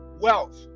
wealth